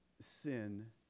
sin